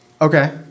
Okay